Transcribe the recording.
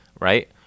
right